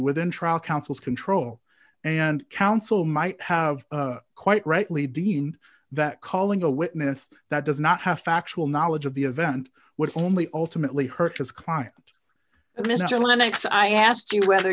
within trial counsel's control and counsel might have quite rightly dean that calling a witness that does not factual knowledge of the event would only ultimately hurt his client mr lennox i ask you whether